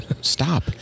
stop